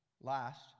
Last